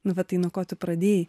nu va tai nuo ko tu pradėjai